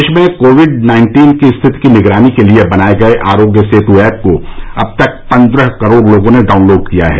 देश में Covid nineteen की स्थिति की निगरानी के लिए बनाये गये आरोग्य सेतु एप को अब तक पन्द्रह करोड़ लोगों ने डाउनलोड किया है